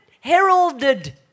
heralded